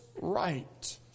right